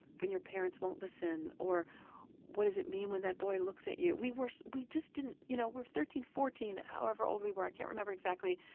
when your parents won't listen or what does it mean when that boy looks at you? we were we just didn't you know, we were thirteen, fourteen, however old we were. i can't remember exactly.